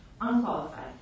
unqualified